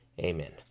Amen